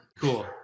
Cool